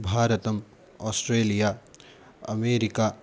भारतम् Australia America